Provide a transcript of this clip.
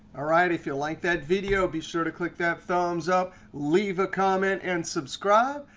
right, if you like that video, be sure to click that thumbs up, leave a comment, and subscribe,